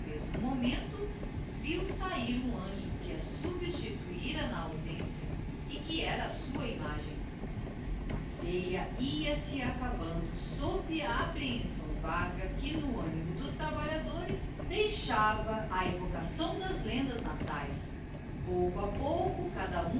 mesmo momento viu sahir um anjo que a substituirá na ausência e que era a sua imagem a ceia ia-se acabando sob a apprehensão vaga que no animo dos trabalhadores deixava a evocação das lendas nataes pouco a pouco cada um